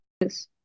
Yes